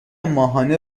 ماهیانه